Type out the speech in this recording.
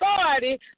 authority